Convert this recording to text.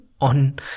on